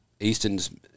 eastons